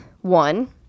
one